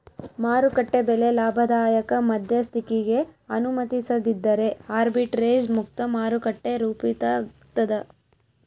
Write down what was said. ಮಾರುಕಟ್ಟೆ ಬೆಲೆ ಲಾಭದಾಯಕ ಮಧ್ಯಸ್ಥಿಕಿಗೆ ಅನುಮತಿಸದಿದ್ದರೆ ಆರ್ಬಿಟ್ರೇಜ್ ಮುಕ್ತ ಮಾರುಕಟ್ಟೆ ರೂಪಿತಾಗ್ತದ